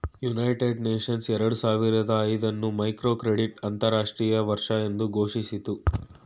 United Nations ಎರಡು ಸಾವಿರದ ಐದು ಅನ್ನು ಮೈಕ್ರೋಕ್ರೆಡಿಟ್ ಅಂತರಾಷ್ಟ್ರೀಯ ವರ್ಷ ಎಂದು ಘೋಷಿಸಿತು